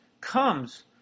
comes